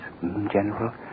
General